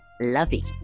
lovey